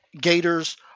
gators